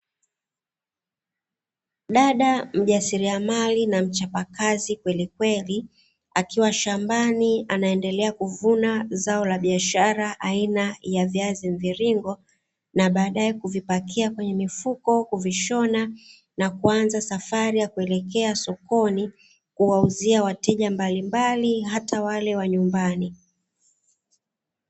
Dada mjasiriamali na mchapakazi kwelikweli, akiwa shambani anaendelea kuvuna zao la biashara aina ya viazi mviringo, na baadae kuvipakia kwenye mifuko, kuvishona na kuanza safari ya kuelekea sokoni, kuwauzia wateja mbalimbali hata wale wa nyumbani.